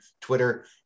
Twitter